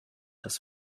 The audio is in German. das